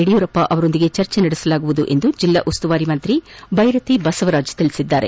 ಯಡಿಯೂರಪ್ಪ ಅವರೊಂದಿಗೆ ಚರ್ಚೆ ನಡೆಸಲಾಗುವುದು ಎಂದು ಜಿಲ್ಲಾ ಉಸ್ತುವಾರಿ ಸಚಿವ ಬೈರತಿ ಬಸವರಾಜ್ ತಿಳಿಸಿದ್ದಾರೆ